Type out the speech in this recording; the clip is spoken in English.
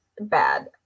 bad